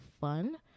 fun